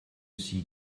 sie